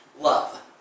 Love